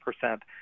percent